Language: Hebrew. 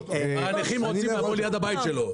הנכים רוצים לעמוד ליד הבית שלו.